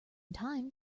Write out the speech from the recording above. time